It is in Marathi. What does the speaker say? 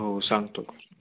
हो सांगतो